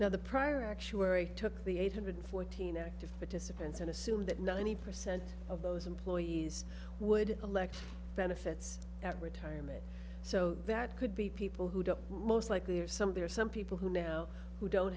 now the prior actuary took the eight hundred fourteen active participants and assume that ninety percent of those employees would collect benefits at retirement so that could be people who don't most likely or something or some people who now who don't